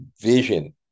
vision